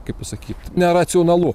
kaip pasakyt neracionalu